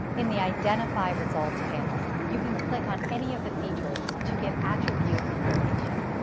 in the identify results panel, you can click on any of the features to get attribute information.